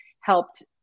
helped